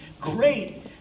great